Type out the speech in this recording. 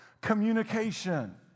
communication